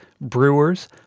brewers